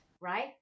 right